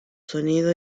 sonido